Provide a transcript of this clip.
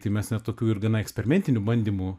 tai mes net tokių ir gana eksperimentinių bandymų